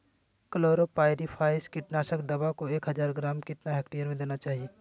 Chlorpyrifos कीटनाशक दवा को एक हज़ार ग्राम कितना हेक्टेयर में देना चाहिए?